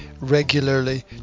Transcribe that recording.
regularly